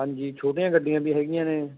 ਹਾਂਜੀ ਛੋਟੀਆਂ ਗੱਡੀਆਂ ਵੀ ਹੈਗੀਆਂ ਨੇ